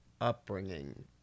upbringing